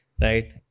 right